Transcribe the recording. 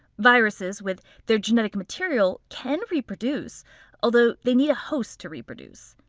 viruses, with their genetic material, can reproduce although they need a host to reproduce.